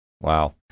Wow